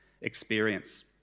experience